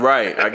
Right